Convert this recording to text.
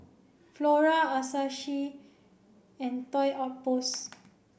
Flora Asahi and Toy Outpost